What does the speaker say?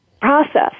process